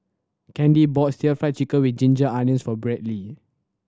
Candy bought Stir Fried Chicken With Ginger Onions for Bradley